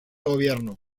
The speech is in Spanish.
gobierno